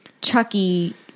Chucky